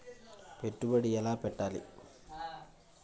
పెట్టుబడి ఎలా పెట్టాలి?